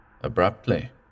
Abruptly